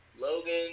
Logan